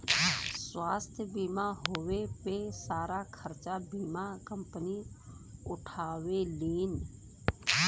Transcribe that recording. स्वास्थ्य बीमा होए पे सारा खरचा बीमा कम्पनी उठावेलीन